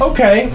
Okay